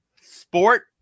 Sport